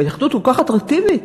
וההתאחדות כל כך אטרקטיבית,